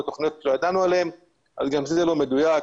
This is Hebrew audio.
תכניות שלא ידענו עליהן אבל גם זה לא מדויק.